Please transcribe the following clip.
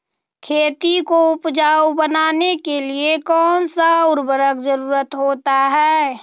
खेती को उपजाऊ बनाने के लिए कौन कौन सा उर्वरक जरुरत होता हैं?